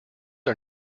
are